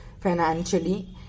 financially